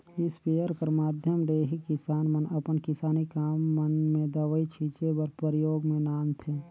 sprayer कर माध्यम ले ही किसान मन अपन किसानी काम मन मे दवई छीचे बर परियोग मे लानथे